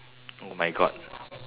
oh my god